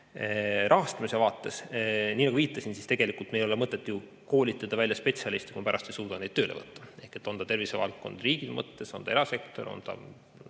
Rahastamise vaates, nagu viitasin, tegelikult meil ei ole mõtet ju koolitada välja spetsialiste, kui me pärast ei suuda neid tööle võtta. Ehk on ta tervisevaldkond riigi mõttes, on ta erasektor, on ta